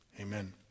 amen